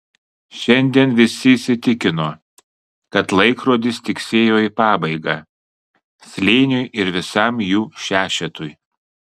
šiandien visi įsitikino kad laikrodis tiksėjo į pabaigą slėniui ir visam jų šešetui